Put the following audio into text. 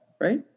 right